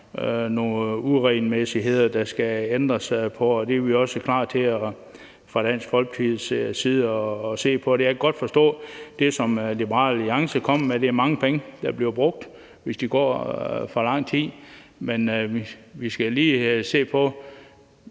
nogle uregelmæssigheder, der skal ændres på, og det er vi fra Dansk Folkepartis side også klar til at se på. Jeg kan godt forstå det, som Liberal Alliance kommer med – det er mange penge, der bliver brugt, hvis de går for lang tid – men vi skal lige se på,